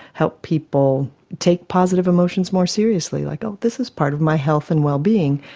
help people take positive emotions more seriously, like ah this is part of my health and well-being,